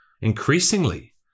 increasingly